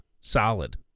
solid